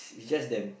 it's just them